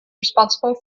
responsible